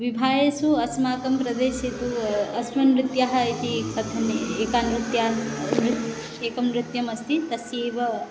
विवाहेषु अस्माकं प्रदेशे तु अस्मिन् नृत्यम् इति कथने एकं नृत्यम् अस्ति तस्यैव